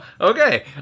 Okay